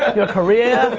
your career.